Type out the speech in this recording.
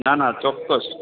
ના ના ચોક્કસ